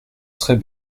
serait